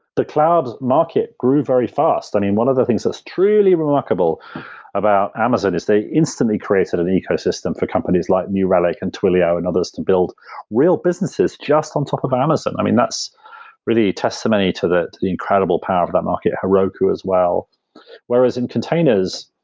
the cloud's market grew very fast. i mean, one of the things that's truly remarkable about amazon is they instantly created an ecosystem for companies, like new relic and twilio and others to build real businesses just on top of amazon. i mean, that's really testimony to the the incredible power of that market heroku as well whereas in containers,